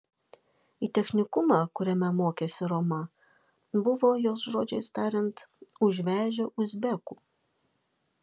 į technikumą kuriame mokėsi roma buvo jos žodžiais tariant užvežę uzbekų